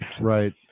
Right